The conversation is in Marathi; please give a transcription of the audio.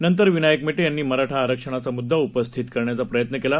नंतरविनायकमेटेयांनीमराठाआरक्षणाचामुद्दाउपस्थितकरण्याचाप्रयत्नकेला